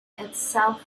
itself